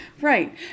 Right